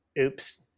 oops